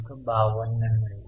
पुढे वित्तपुरवठा आहे